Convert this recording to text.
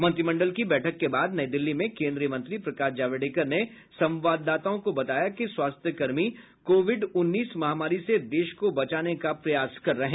मंत्रिमंडल की बैठक के बाद नई दिल्ली में केंद्रीय मंत्री प्रकाश जावडेकर ने संवाददाताओं को बताया कि स्वास्थ्यकर्मी कोविड उन्नीस महामारी से देश को बचाने का प्रयास कर रहे हैं